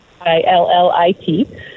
I-L-L-I-T